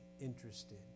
interested